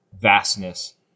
vastness